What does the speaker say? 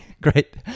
Great